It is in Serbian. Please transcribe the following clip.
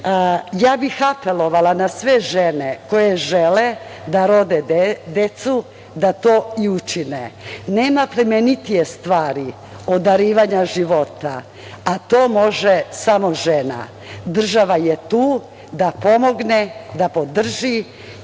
dece. Apelovala bih na sve žene koje žele da rode decu, da to i učine. Nema plemenitije stvari od darivanja života, a to može samo žena. Država je tu da pomogne, da podrži